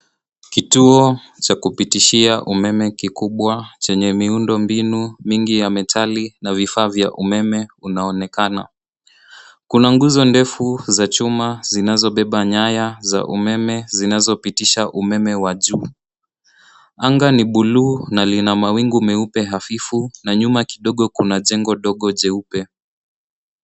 Kituo cha kupitishia umeme kikubwa chenye miundo mbinu mingi ya metali na vifaa vya umeme unaonekana. Kuna nguzo ndefu za chuma zinazobeba nyaya za umeme zinazopitisha umeme wa juu. Anga ni buluu na lina mawingu meupe hafifu na nyuma kidogo kuna jengo dogo jeupe.